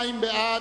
62 בעד,